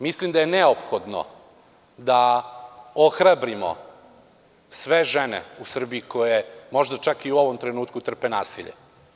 Mislim da je neophodno da ohrabrimo sve žene u Srbiji koje možda čak i u ovom trenutku trpe nasilje.